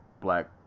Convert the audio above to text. Black